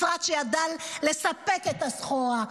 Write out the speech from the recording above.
משרד שידע לספק את הסחורה.